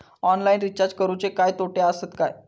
Online recharge करुचे काय तोटे आसत काय?